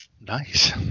Nice